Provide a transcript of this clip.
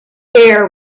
air